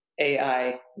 ai